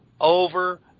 over